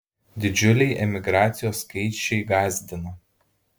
didžiuliai emigracijos skaičiai gąsdina